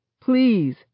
Please